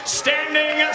standing